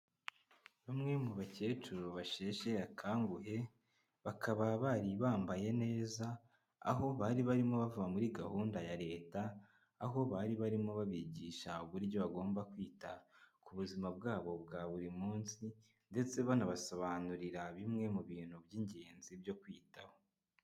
Bamwe mu bakecuru basheshe akanguhe bakaba bari bambaye neza aho bari barimo bava muri gahunda ya Leta aho bari barimo babigisha uburyo bagomba kwita ku buzima bwabo bwa buri munsi ndetse banabasobanurira bimwe mu bintu by'ingenzi byo kwitaho.